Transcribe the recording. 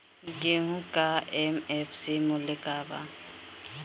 गेहू का एम.एफ.सी मूल्य का बा?